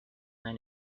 man